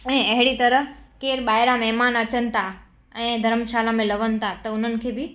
ऐं अहिड़ी तरह केरु ॿाहिरां महिमान अचनि था ऐं धर्मशाला में लहनि था त उन्हनि खे बि